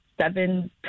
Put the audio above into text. seven